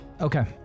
Okay